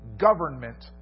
government